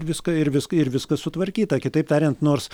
ir viską ir viską ir viskas sutvarkyta kitaip tariant nors